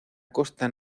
costa